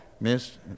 Miss